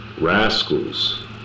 rascals